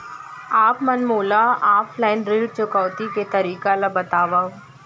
आप मन मोला ऑफलाइन ऋण चुकौती के तरीका ल बतावव?